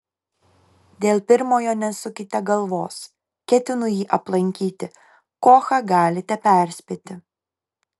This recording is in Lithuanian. dėl pirmojo nesukite galvos ketinu jį aplankyti kochą galite perspėti